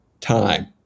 time